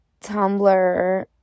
Tumblr